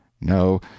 No